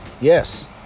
yes